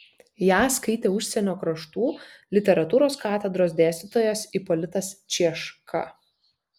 ją skaitė užsienio kraštų literatūros katedros dėstytojas ipolitas cieška